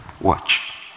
Watch